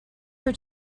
her